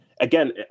again